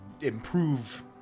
improve